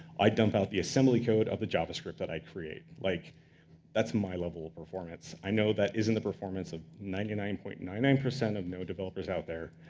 i dump out the assembly code of the javascript that i create. like that's my level of performance. i know that isn't the performance of ninety nine point nine nine of node developers out there,